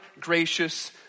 gracious